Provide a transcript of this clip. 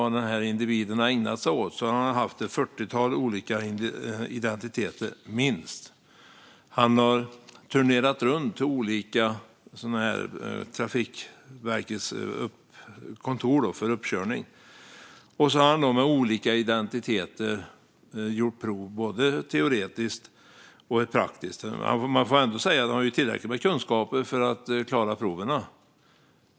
Den här individen har alltså haft minst ett fyrtiotal olika identiteter och turnerat runt till Trafikverkets olika kontor för uppkörning och med dessa olika identiteter gjort både teoretiskt och praktiskt prov. Man får ändå säga att han har tillräckligt med kunskaper för att klara proven.